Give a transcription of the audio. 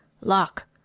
lock